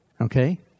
Okay